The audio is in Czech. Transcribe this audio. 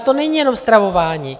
To není jenom stravování.